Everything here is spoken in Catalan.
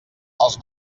els